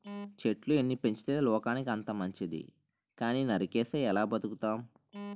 చెట్లు ఎన్ని పెంచితే లోకానికి అంత మంచితి కానీ నరికిస్తే ఎలా బతుకుతాం?